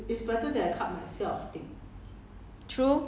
then 我去 liao 我剪 liao 我的头发我觉得怪怪这样